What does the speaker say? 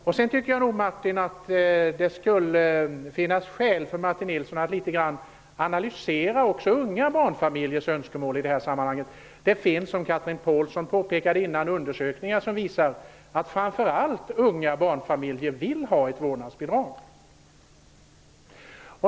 Jag tycker att det skulle finnas skäl för Martin Nilsson att analysera också unga barnfamiljers önskemål i det här sammanhanget. Det finns, som Chatrine Pålsson påpekade, undersökningar som visar att framför allt unga barnfamiljer vill ha ett vårdnadsbidrag.